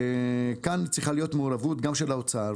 שכאן צריכה להיות מעורבות גם של האוצר,